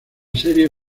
serie